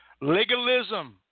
Legalism